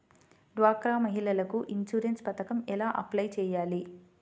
డ్వాక్రా మహిళలకు ఇన్సూరెన్స్ పథకం ఎలా అప్లై చెయ్యాలి?